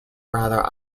rather